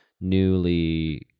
newly